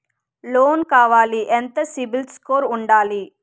Loan కావాలి ఎంత CIBIL score ఉండాలి?